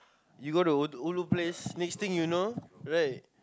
you go to ulu place next thing you know right